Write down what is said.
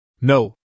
No